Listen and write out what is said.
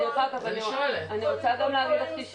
אנחנו קוראים לעומדים מהצד